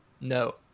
No